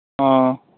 ꯑꯣ